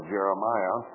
Jeremiah